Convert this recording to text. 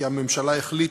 כי הממשלה החליטה,